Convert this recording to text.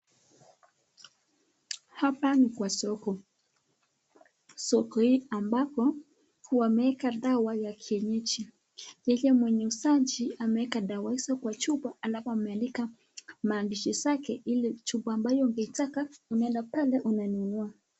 Hapa ni kwa soko. Soko hii ambako huwameka dawa ya kienyeji. Yeye mwenye usaji ameka dawa hizo kwa chupa anapomeandika maagizo yake ile chupa ambayo ungetaka unanenda pale unanunua.